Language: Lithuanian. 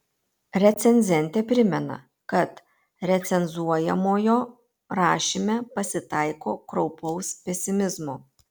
recenzentė primena kad recenzuojamojo rašyme pasitaiko kraupaus pesimizmo